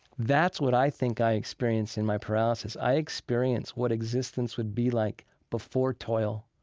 that's what i think i experienced in my paralysis. i experienced what existence would be like before toil,